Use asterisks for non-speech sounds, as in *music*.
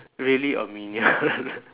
really a minion *noise*